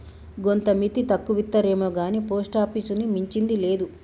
గోంత మిత్తి తక్కువిత్తరేమొగాని పోస్టాపీసుని మించింది లేదు